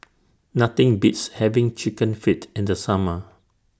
Nothing Beats having Chicken Feet in The Summer